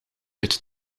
uit